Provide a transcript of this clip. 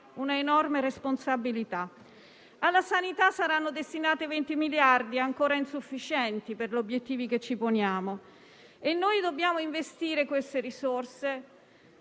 una enorme responsabilità. Alla sanità saranno destinati 20 miliardi, ancora insufficienti per gli obiettivi che ci poniamo; a mio avviso, dobbiamo investire tali risorse